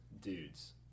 dudes